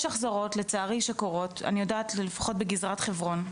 יש החזרות שקורות אני יודעת שלפחות בגזרת חברון,